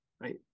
right